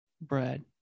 bread